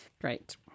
Great